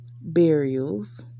burials